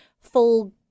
full